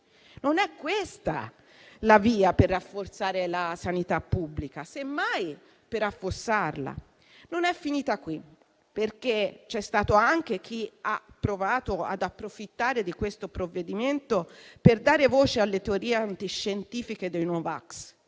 non è questa la via per rafforzare la sanità pubblica, ma semmai per affossarla. Non è finita qui, perché c'è stato anche chi ha provato ad approfittare di questo provvedimento per dare voce alle teorie antiscientifiche dei no vax.